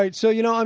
ah so you know, um